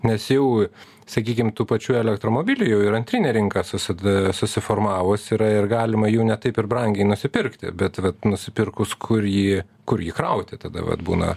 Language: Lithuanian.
nes jau sakykim tų pačių elektromobilių jau ir antrinė rinka susida susiformavus yra ir galima jų ne taip ir brangiai nusipirkti bet vat nusipirkus kur jį kur jį krauti tada vat būna